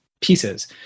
pieces